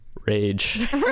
Rage